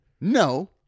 No